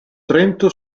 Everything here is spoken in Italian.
trento